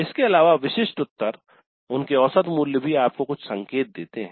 इसके अलावा विशिष्ट उत्तर उनके औसत मूल्य भी आपको कुछ संकेत देते हैं